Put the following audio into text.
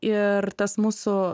ir tas mūsų